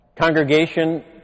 congregation